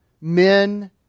men